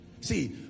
See